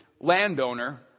landowner